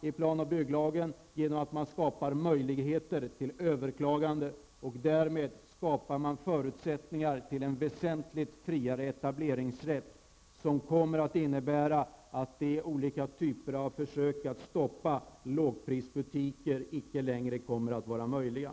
detaljregleringar genom att man skapar möjligheter till överklagande. Därmed skapar man förutsättningar för en väsentligt friare etableringsrätt. Den kommer att innebära att olika typer av försök att stoppa lågprisbutiker inte längre kommer att vara möjliga.